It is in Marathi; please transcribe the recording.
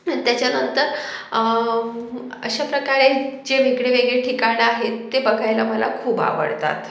त्याच्यानंतर अशा प्रकारे जे वेगळेवेगळे ठिकाणं आहेत ते बघायला मला खूप आवडतात